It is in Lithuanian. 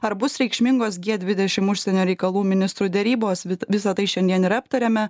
ar bus reikšmingos gie dvidešim užsienio reikalų ministrų derybos visa tai šiandien ir aptarėme